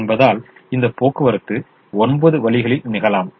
என்பதால் இந்த போக்குவரத்து ஒன்பது வழிகளில் நிகழலாம்